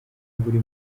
buri